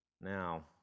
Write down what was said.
Now